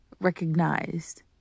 recognized